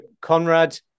Conrad